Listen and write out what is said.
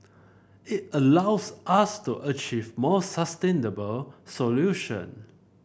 it allows us to achieve more sustainable solution